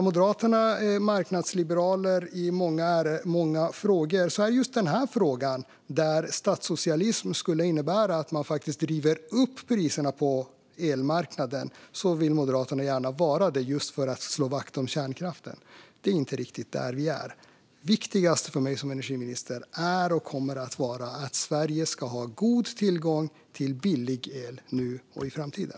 Moderaterna är marknadsliberaler i många frågor. I just den här frågan skulle statssocialism innebära att man faktiskt driver upp priserna på elmarknaden, men jag noterar att Moderaterna gärna vill ha det för att slå vakt om kärnkraften. Det är inte riktigt där vi är. Viktigast för mig som energiminister är och kommer att vara att Sverige ska ha god tillgång till billig el, nu och i framtiden.